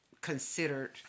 considered